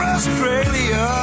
Australia